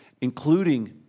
including